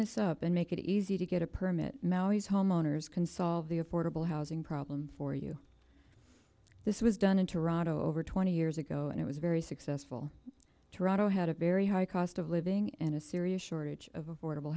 this up and make it easy to get a permit now he's homeowners can solve the affordable housing problem for you this was done in toronto over twenty years ago and it was very successful toronto had a very high cost of living and a serious shortage of affordable